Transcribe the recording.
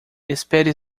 espere